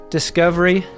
Discovery